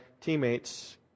teammates